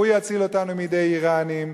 הוא יציל אותנו מידי האירנים,